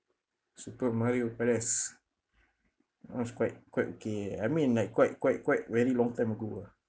super mario perez that's one quite quite okay I mean like quite quite quite very long time ago ah